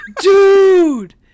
Dude